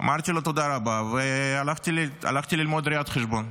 אמרתי לו: תודה רבה, והלכתי ללמוד ראיית חשבון.